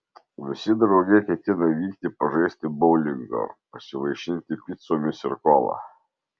visi drauge ketina vykti pažaisti boulingo pasivaišinti picomis ir kola